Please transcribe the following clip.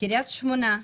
קרית שמונה,